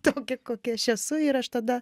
tokia kokia aš esu ir aš tada